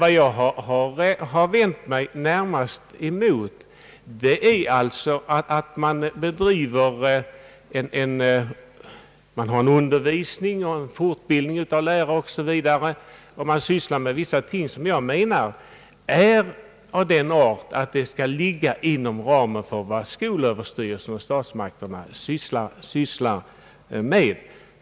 Vad jag närmast vänt mig emot är att man där bedriver undervisning och fortbildning av lärare osv. samt sysslar med vissa andra ting som enligt min uppfattning är av den art att de ligger inom ramen för vad skolöverstyrelsen och statsmakterna sysslar med.